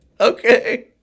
Okay